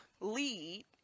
lead